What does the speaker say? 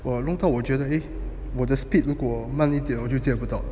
我弄到我觉得我的 speed 慢一点我就接不到了